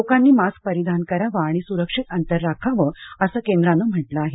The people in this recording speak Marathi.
लोकांनी मास्क परिधान करावा आणि सुरक्षित अंतर राखावं असं केंद्रानं म्हटलं आहे